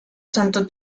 santo